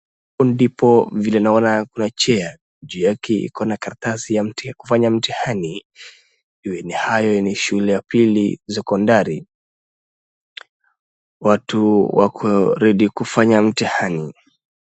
Hapo ndipo vile naona kuna chair juu yake ikona karatasi ya kufanya mtihani iwe ni hayo ni shule ya upili sekondari. Watu wako ready kufanya mtihani.